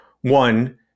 one